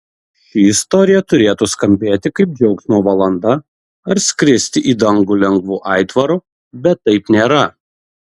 ši istorija turėtų skambėti kaip džiaugsmo valanda ar skristi į dangų lengvu aitvaru bet taip nėra